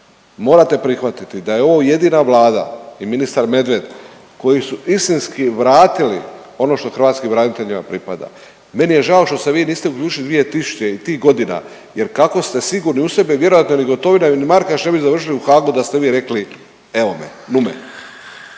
Morate prihvatiti da je ovo jedina Vlada i ministar Medved koji su istinski vratili ono što hrvatskim braniteljima pripada. Meni je žao što ste vi niste oglušili 2000-tih i tih godina jer kako ste sigurni u sebe vjerojatno ni Gotovini ni Markač ne bi završili u Hagu da ste vi rekli evo me, lumen.